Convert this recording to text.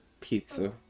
pizza